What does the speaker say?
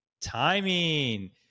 Timing